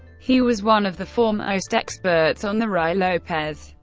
he was one of the foremost experts on the ruy lopez.